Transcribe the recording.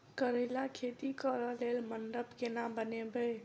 करेला खेती कऽ लेल मंडप केना बनैबे?